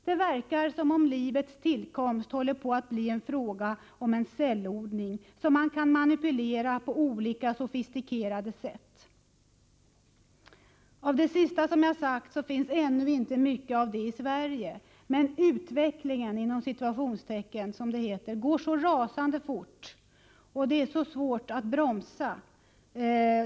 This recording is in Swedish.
Det verkar som om livets tillkomst håller på att bli en fråga om cellodling som kan manipuleras på olika sofistikerade sätt. Av det sista jag talat om finns det ännu inte mycket i Sverige, men utvecklingen, som det heter, går rasande fort, och det är svårt att bromsa.